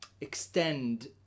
extend